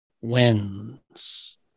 wins